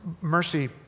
Mercy